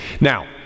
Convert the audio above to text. Now